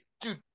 dude